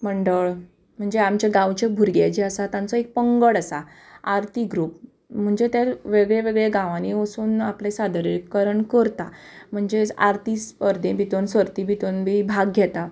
मंडळ म्हणजे आमच्या गांवचे भुरगे जे आसा तांचो एक पंगड आसा आरती ग्रूप म्हणजे ते वेगळे वेगळे गांवांनी वचून आपलें सादरीकरण करता म्हणजे आरती स्पर्धे भितून सर्ती भितून बी भाग घेतात